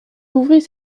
ouvrit